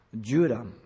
Judah